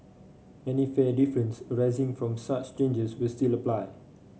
any fare difference arising from such changes will still apply